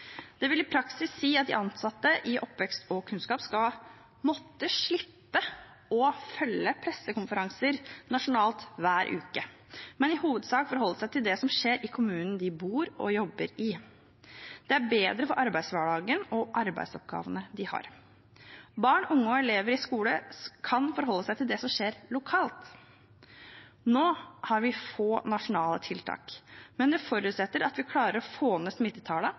Det vil i praksis si at de ansatte innen oppvekst og kunnskap skal måtte slippe å følge pressekonferanser nasjonalt hver uke, men i hovedsak forholde seg til det som skjer i kommunen de bor og jobber i. Det er bedre for arbeidshverdagen og arbeidsoppgavene de har. Barn, unge og elever i skole kan forholde seg til det som skjer lokalt. Nå har vi få nasjonale tiltak, men det forutsetter at vi klarer å få ned